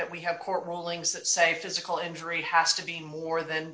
that we have court rulings that say physical injury has to be more than